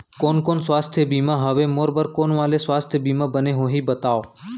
कोन कोन स्वास्थ्य बीमा हवे, मोर बर कोन वाले स्वास्थ बीमा बने होही बताव?